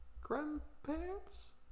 Grandparents